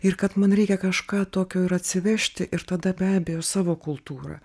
ir kad man reikia kažką tokio ir atsivežti ir tada be abejo savo kultūrą